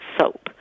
soap